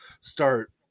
start